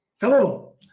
Hello